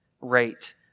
rate